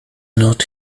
not